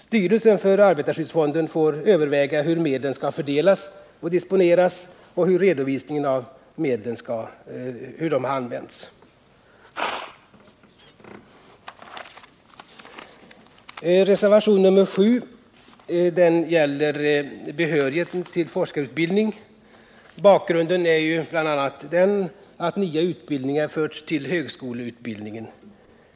Styrelsen för arbetarskyddsfonden får överväga hur medlen skall fördelas och disponeras och hur redovisningen av medlens användning skall ske. Reservationen 7 gäller behörigheten till forskarutbildning. Bakgrunden är bl.a. den att nya utbildningar har förts till högskoleutbildningen.